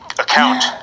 account